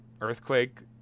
Earthquake